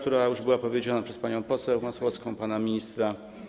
To już było powiedziane przez panią poseł Masłowską i pana ministra.